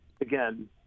again